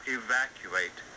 evacuate